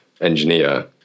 engineer